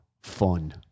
fun